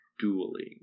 dueling